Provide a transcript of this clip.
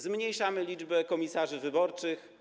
Zmniejszamy liczbę komisarzy wyborczych.